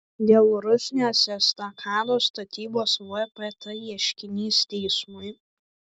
dėl rusnės estakados statybos vpt ieškinys teismui